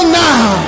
now